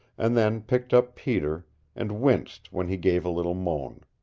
and then picked up peter and winced when he gave a little moan.